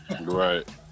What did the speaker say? Right